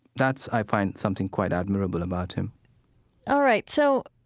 that's, i find, something quite admirable about him all right. so,